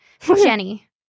Jenny